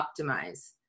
optimize